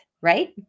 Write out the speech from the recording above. right